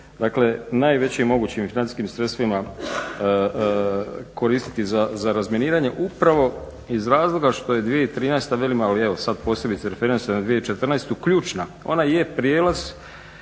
dakle najvećim mogućim financijskim sredstvima koristiti za razminiranje upravo iz razloga što je 2013. velim, ali evo sad posebice referiram se na 2014. ključna. Ona je prijelaz